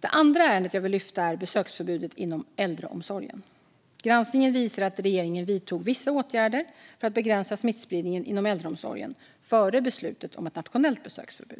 Det andra ärendet jag vill lyfta upp är besöksförbudet inom äldreomsorgen. Granskningen visar att regeringen vidtog vissa åtgärder för att begränsa smittspridningen inom äldreomsorgen före beslutet om ett nationellt besöksförbud.